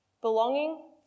Belonging